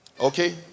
Okay